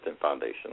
Foundation